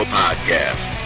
podcast